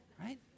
Right